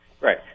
Right